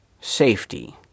safety